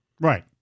Right